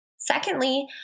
Secondly